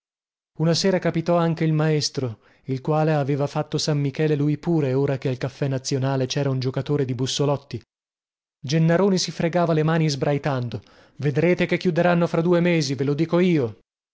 una sera capitò anche il maestro il quale aveva fatto san michele lui pure ora che al caffè nazionale cera un giocatore di bussolotti gennaroni si fregava le mani sbraitando vedrete che chiuderanno fra due mesi ve lo dico io